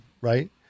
Right